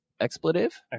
Expletive